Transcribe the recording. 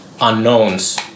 unknowns